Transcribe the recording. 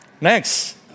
Next